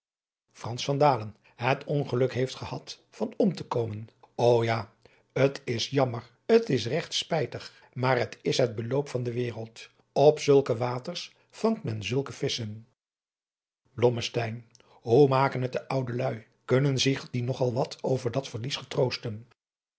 het leven van johannes wouter blommesteyn van om te komen o ja t is jammer t isregt spijtig maar het is het beloop van de wereld op zulke waters vangt men zulke visschen blommesteyn hoe maken het de oude luî kunnen zich die nog al wel over dat verlies getroosten